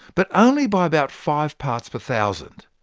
but only by about five parts per thousand.